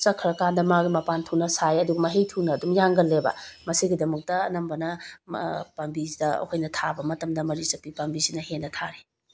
ꯆꯠꯈ꯭ꯔꯀꯟꯗ ꯃꯥꯒꯤ ꯃꯄꯥꯟ ꯊꯨꯅ ꯁꯥꯏ ꯑꯗꯨꯒ ꯅꯍꯩ ꯊꯨꯅ ꯑꯗꯨꯝ ꯌꯥꯟꯒꯜꯂꯦꯕ ꯃꯁꯤꯒꯤꯗꯃꯛꯇ ꯑꯅꯝꯕꯅ ꯄꯥꯝꯕꯤꯁꯤꯗ ꯑꯩꯈꯣꯏꯅ ꯊꯥꯕ ꯃꯇꯝꯗ ꯃꯔꯤ ꯆꯠꯄꯤ ꯄꯥꯝꯕꯤꯁꯤꯅ ꯍꯦꯟꯅ ꯊꯥꯏ